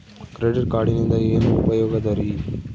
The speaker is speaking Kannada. ಕ್ರೆಡಿಟ್ ಕಾರ್ಡಿನಿಂದ ಏನು ಉಪಯೋಗದರಿ?